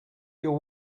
your